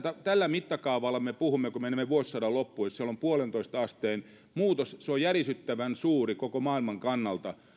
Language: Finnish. tällä mittakaavalla me puhumme eli kun menemme vuosisadan loppuun niin jos siellä on yhteen pilkku viiteen asteen muutos se on järisyttävän suuri koko maailman kannalta